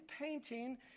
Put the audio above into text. painting